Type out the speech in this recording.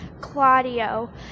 Claudio